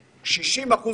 "נתוני זיהוי שם,